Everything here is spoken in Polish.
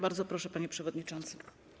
Bardzo proszę, panie przewodniczący.